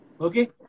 Okay